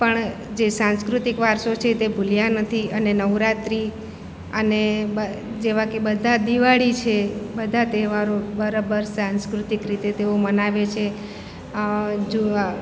પણ જે સાંસ્કૃતિક વારસો છે તે ભૂલ્યા નથી અને નવરાત્રિ અને જેવા કે બધા દિવાળી છે બધા તહેવારો બરાબર સાંસ્કૃતિક રીતે તેઓ મનાવે છે જો આ